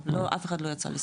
אף אחד לא יצא.